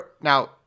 Now